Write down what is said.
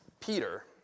Peter